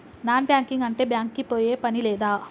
Non banking అంటే bank కి పోయే పని లేదా?